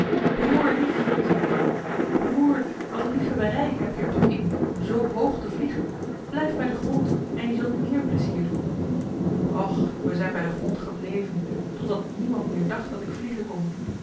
broêrlief zeî hij dan broer wat liefhebberij heb je er toch in zoo hoog te vliegen blijf bij den grond en je zult meer pleizier doen och we zijn bij den grond gebleven de totdat niemand meer dacht dat ik vliegen kon